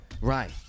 Right